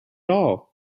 all